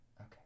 okay